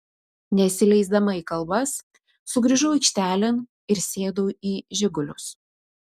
nesileisdama į kalbas sugrįžau aikštelėn ir sėdau į žigulius